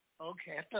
Okay